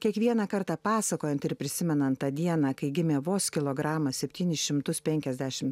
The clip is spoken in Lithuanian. kiekvieną kartą pasakojant ir prisimenant tą dieną kai gimė vos kilogramą septynis šimtus penkiasdešim